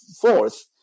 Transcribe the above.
fourth